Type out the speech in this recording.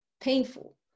painful